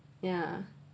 yeah